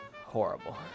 horrible